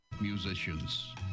musicians